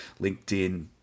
LinkedIn